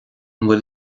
bhfuil